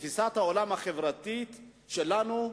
לתפיסת העולם החברתית שלנו,